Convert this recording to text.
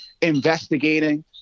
investigating